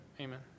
Amen